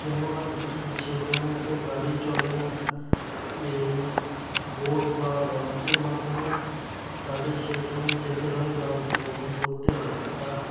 কেননা সেখানে তো গাড়ি চলে না এই বোট বা লঞ্চের মাধ্যমে তাদের সেখানে যেতে হয় বা ভ্রমণ করতে হয় তা